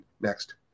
Next